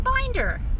binder